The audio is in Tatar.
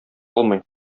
алмый